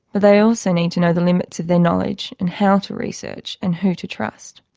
but they also need to know the limits of their knowledge and how to research and who to trust.